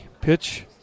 pitch